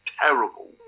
terrible